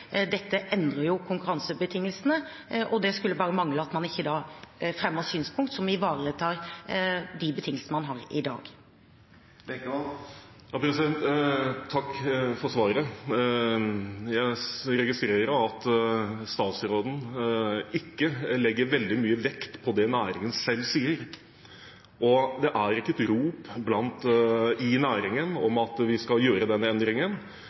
Dette endrer jo konkurransebetingelsene, og det skulle bare mangle at man ikke da fremmer synspunkt som ivaretar de betingelsene man har i dag. Takk for svaret. Jeg registrerer at statsråden ikke legger veldig mye vekt på det næringen selv sier. Det er ikke et rop i næringen om at vi skal gjøre denne endringen,